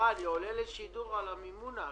שנציג ממשלה,